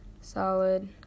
solid